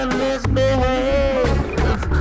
misbehave